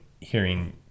hearing